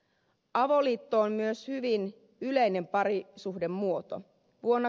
avoliitto on myös hyvin yleinen parisuhdemuoto